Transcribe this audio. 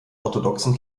orthodoxen